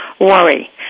worry